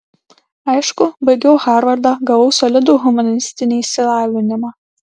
aišku baigiau harvardą gavau solidų humanistinį išsilavinimą